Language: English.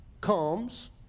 comes